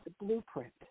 blueprint